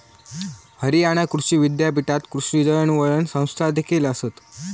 हरियाणा कृषी विद्यापीठात कृषी दळणवळण संस्थादेखील आसत